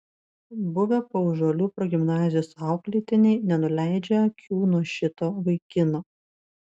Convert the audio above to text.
buvę paužuolių progimnazijos auklėtiniai nenuleidžia akių nuo šito vaikino